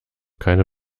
keine